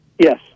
Yes